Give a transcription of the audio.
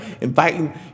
inviting